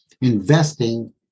investing